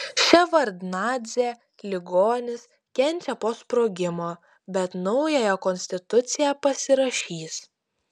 ševardnadzė ligonis kenčia po sprogimo bet naująją konstituciją pasirašys